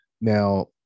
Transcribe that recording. now